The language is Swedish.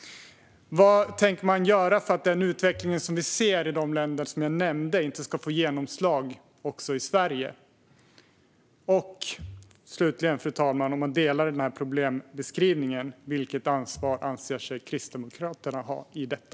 Vad tänker ni göra för att den utveckling som vi ser i de länder som jag nämnde inte ska få genomslag också i Sverige? Om ni delar denna problembeskrivning undrar jag vilket ansvar ni anser er ha i detta.